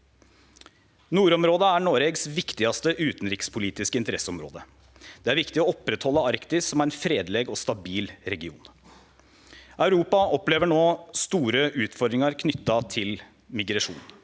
Nordområda er Noregs viktigaste utanrikspolitiske interesseområde. Det er viktig å oppretthalde Arktis som ein fredeleg og stabil region. Europa opplever no store utfordringar knytte til migrasjon.